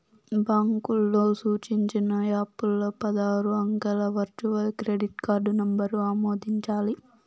బాంకోల్లు సూచించిన యాపుల్ల పదారు అంకెల వర్చువల్ క్రెడిట్ కార్డు నంబరు ఆమోదించాలి